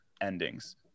endings